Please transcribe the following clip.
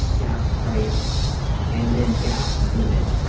gas price and then gas limit,